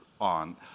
on